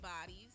bodies